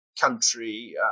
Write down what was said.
country